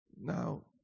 Now